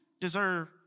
deserve